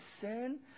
sin